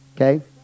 Okay